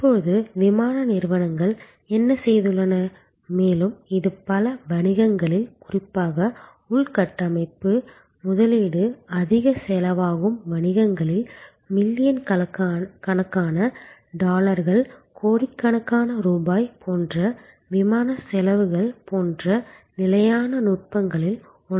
இப்போது விமான நிறுவனங்கள் என்ன செய்துள்ளன மேலும் இது பல வணிகங்களில் குறிப்பாக உள்கட்டமைப்பு முதலீடு அதிக செலவாகும் வணிகங்களில் மில்லியன் கணக்கான டாலர்கள் கோடிக்கணக்கான ரூபாய் போன்ற விமான செலவுகள் போன்ற நிலையான நுட்பங்களில் ஒன்றாகும்